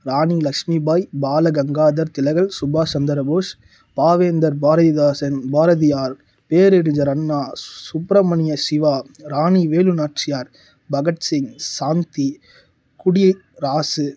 ராணி லக்ஷ்மிபாய் பாலா கங்காதர் திலகர் சுபாஷ் சந்திரபோஸ் பாவேந்தர் பாரதிதாசன் பாரதியார் பேரடி ஜரனாஸ் சுப்பிரமணிய சிவா ராணி வேலு நாச்சியார் பகத்சிங் சாந்தி குடிய ராசு